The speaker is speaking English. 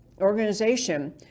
organization